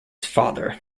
father